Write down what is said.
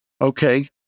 Okay